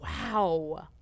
Wow